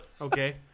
Okay